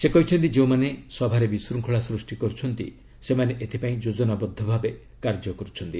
ସେ କହିଛନ୍ତି ଯେଉଁମାନେ ସଭାରେ ବିଶୃଙ୍ଖଳା ସୃଷ୍ଟି କରୁଛନ୍ତି ସେମାନେ ଏଥିପାଇଁ ଯୋଜନାବଦ୍ଧ ଭାବେ କାର୍ଯ୍ୟ କରୁଛନ୍ତି